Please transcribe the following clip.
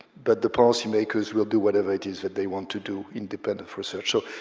but the policy-makers will do whatever it is that they want to do, independent of research. so,